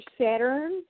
Saturn